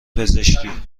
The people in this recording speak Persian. پزشکی